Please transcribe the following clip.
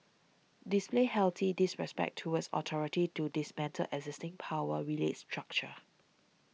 display healthy disrespect towards authority to dismantle existing power relates structure